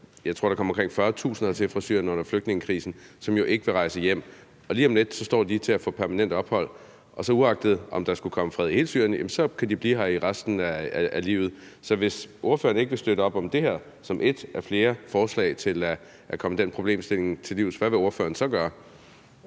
var omkring 40.000 hertil fra Syrien under flygtningekrisen, som ikke vil rejse hjem. Og lige om lidt står de til at få permanent ophold, og uagtet om der skulle komme fred i hele Syrien, kan de blive her resten af livet. Så hvis ordføreren ikke vil støtte op om det her som ét af flere forslag til at komme den problemstilling til livs, hvad vil ordføreren så gøre?